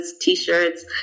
t-shirts